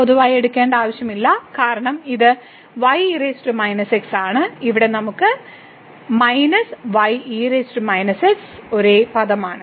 പൊതുവായി എടുക്കേണ്ട ആവശ്യമില്ല കാരണം ഇത് ആണ് ഇവിടെ നമുക്ക് മൈനസ് ഒരേ പദമാണ്